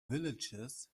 villages